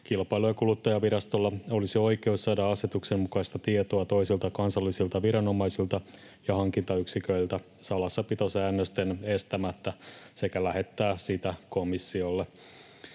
Kilpailu- ja kuluttajavirastolla olisi oikeus saada asetuksen mukaista tietoa toisilta kansallisilta viranomaisilta ja hankintayksiköiltä salassapitosäännösten estämättä sekä lähettää sitä komissiolle.